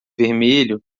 vermelho